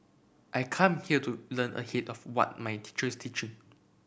I come here to learn ahead of what my teacher is teaching